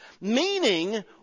Meaning